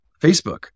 Facebook